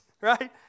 right